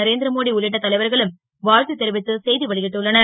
நரேந் ர மோடி உள்ளிட்ட தலைவர்களும் வா த்து தெரிவித்து செ விடுத்துள்ளனர்